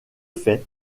fait